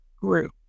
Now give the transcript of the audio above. grew